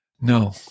no